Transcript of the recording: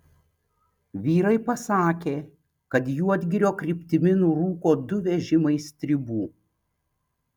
vyrai pasakė kad juodgirio kryptimi nurūko du vežimai stribų